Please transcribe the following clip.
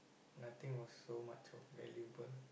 nothing was so much of valuable